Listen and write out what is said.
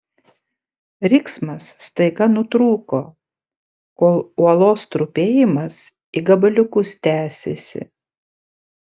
riksmas staiga nutrūko kol uolos trupėjimas į gabaliukus tęsėsi